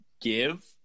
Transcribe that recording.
give